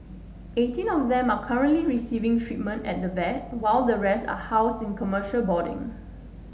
eighteen of them are currently receiving treatment at the vet while the rest are housed in commercial boarding